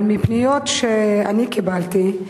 אבל מפניות שאני קיבלתי,